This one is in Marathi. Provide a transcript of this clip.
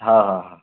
हा हा हा